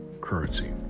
currency